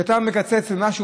כשאתה מקצץ במשהו,